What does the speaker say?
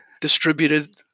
distributed